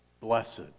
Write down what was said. Blessed